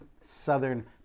southern